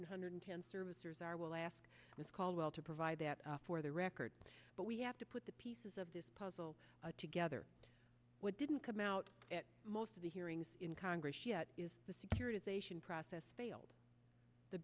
hundred ten servicers are will ask let's call well to provide that for the record but we have to put the pieces of this puzzle together what didn't come out at most of the hearings in congress yet is the securitization process failed the